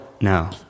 No